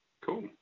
Cool